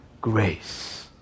grace